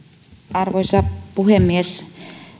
arvoisa puhemies